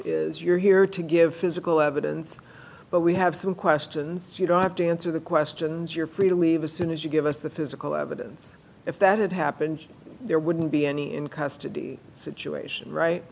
mouth you're here to give physical evidence but we have some questions you don't have to answer the questions you're free to leave as soon as you give us the physical evidence if that had happened there wouldn't be any in custody situation right